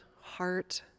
heart